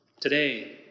Today